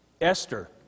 Esther